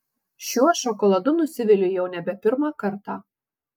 šiuo šokoladu nusiviliu jau nebe pirmą kartą